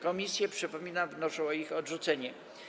Komisje, przypominam, wnoszą o ich odrzucenie.